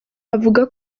avuga